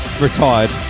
retired